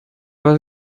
was